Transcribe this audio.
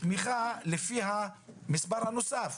תמיכה לפי המספר הנוסף.